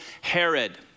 Herod